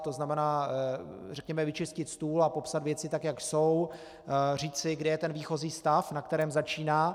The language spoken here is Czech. To znamená, řekněme vyčistit stůl a popsat věci, tak jak jsou, říci, kde je ten výchozí stav, na kterém začíná.